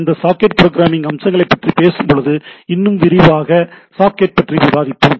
இந்த socket programming அம்சங்களைப் பற்றி பேசும்போது இன்னும் விரிவாக சாக்கெட் பற்றி விவாதிப்போம்